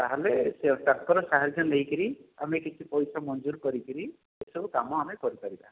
ତା'ହେଲେ ସେ ତାଙ୍କର ସାହାଯ୍ୟ ନେଇକରି ଆମେ କିଛି ପଇସା ମଞ୍ଜୁର କରିକରି ଏସବୁ କାମ ଆମେ କରିପାରିବା